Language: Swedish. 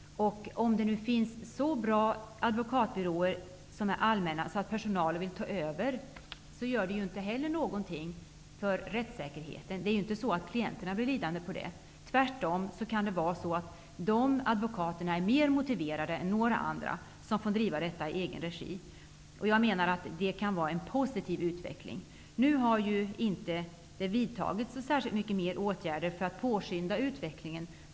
Om det nu finns så bra allmänna advokatbyråer att personalen vill ta över, har det ingen betydelse för rättssäkerheten. Klienterna blir inte lidande på detta. Tvärtom kan de advokaterna vara mer motiverade än andra. Det kan innebära en positiv utveckling. Det har inte vidtagits så många fler åtgärder för att påskynda utvecklingen.